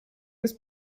was